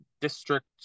district